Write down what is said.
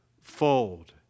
fold